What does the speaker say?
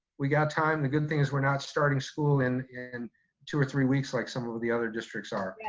we got time. the good things is we're not starting school in in two or three weeks like some of of the other districts are.